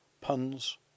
Puns